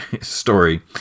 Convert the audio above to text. story